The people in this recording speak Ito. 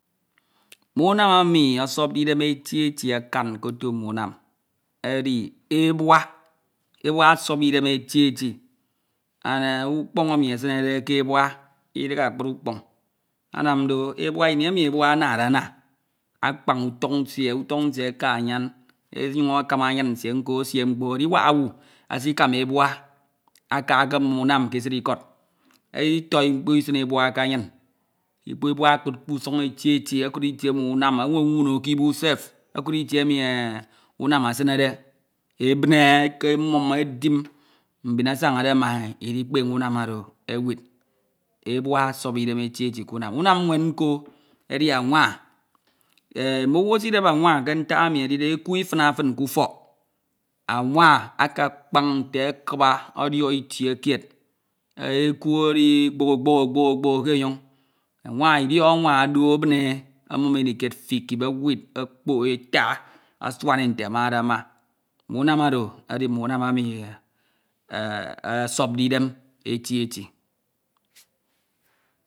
mme unam emi osopde idem akan eti eti kotu mme unam edi ebua. ebua osop idem eti eti. and ukpon emi esinede ke ebua idihe akpri ukpon anam do ebua. ini emi abua anadena akpan uton nsie. uton nsie aka anyen e onyun akama anyin nsie nko esie mkpo. ediwak owu esikama ebua aka akemum unam ke sid ikod. iti mkpo isin ebua k'anyin ebua okud usun eti eti. okud etic emi unam onwonwono k'ibu sef. okud itie emi unam esimede ebine okomum edin. mbin asenade ma eidikpene unam oro ewid. ebua osop idem eti eti k'unam. unam mwen nko edi anwa. ehh mmowu esidep anwa ke. ntak emi edide eku ifina fin k'ufok. anwa akakpan nte akiba odiohe itie kied eku edi kpoho kpoho ke enyin. anewa idiok anwa odok ebine e. anum e inikied tikip ewid okpok e ata asuan e nte amade ma. mme unam oro edi mm'unam emi e e osophe idem eti eti